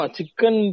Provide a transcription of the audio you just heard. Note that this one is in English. Chicken